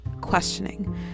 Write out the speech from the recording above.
questioning